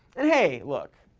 and, hey, look,